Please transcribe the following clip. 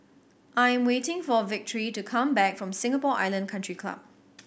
I am waiting for Victory to come back from Singapore Island Country Club